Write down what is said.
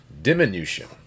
diminution